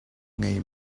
ngei